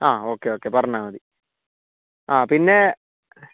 ആ okay okay പറഞ്ഞാൽമതി ആ പിന്നെ